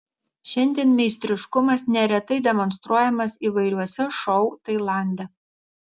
šiandien meistriškumas neretai demonstruojamas įvairiuose šou tailande